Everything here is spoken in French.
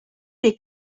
les